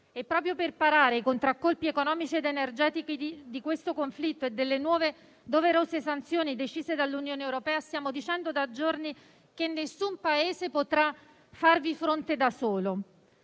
È proprio per parare i contraccolpi economici ed energetici di questo conflitto e delle nuove doverose sanzioni decise dall'Unione europea che stiamo dicendo da giorni che nessun Paese potrà farvi fronte da solo.